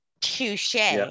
Touche